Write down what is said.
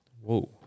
whoa